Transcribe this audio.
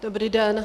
Dobrý den.